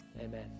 amen